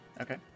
okay